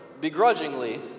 begrudgingly